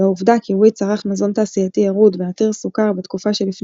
והעובדה כי וויט צרך מזון תעשייתי ירוד ועתיר סוכר בתקופה שלפני